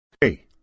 Hey